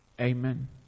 Amen